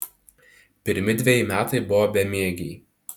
pirmi dveji metai buvo bemiegiai